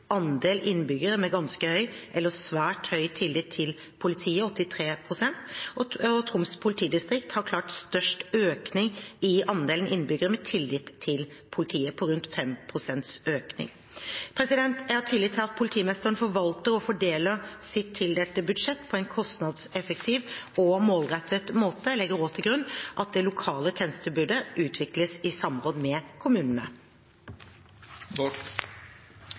andel innbyggere med ganske høy eller svært høy tillit til politiet, 83 pst, og Troms politidistrikt har klart størst økning i andelen innbyggere med tillit til politiet, en økning på rundt 5 pst. Jeg har tillit til at politimesteren forvalter og fordeler sitt tildelte budsjett på en kostnadseffektiv og målrettet måte. Jeg legger også til grunn at det lokale tjenestetilbudet utvikles i samråd med kommunene.